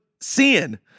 sin